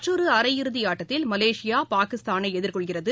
மற்றொரு அரை இறுதி ஆட்டத்தில் மலேசியா பாகிஸ்தானை எதிர்கொள்கிறது